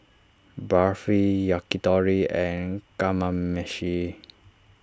Barfi Yakitori and Kamameshi